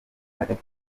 hagati